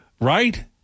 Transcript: right